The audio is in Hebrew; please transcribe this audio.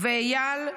ואיל,